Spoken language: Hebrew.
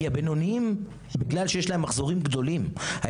כי בגלל שלבינוניים יש מחזורים גדולים,